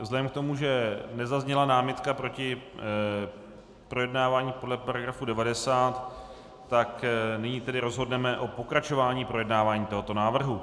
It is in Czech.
Vzhledem k tomu, že nezazněla námitka proti projednávání podle § 90, tak nyní rozhodneme o pokračování projednávání tohoto návrhu.